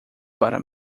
para